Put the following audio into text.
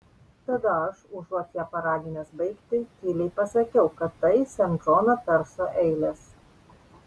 tada aš užuot ją paraginęs baigti tyliai pasakiau kad tai sen džono perso eilės